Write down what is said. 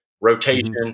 Rotation